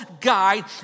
guide